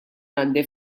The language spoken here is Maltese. għandi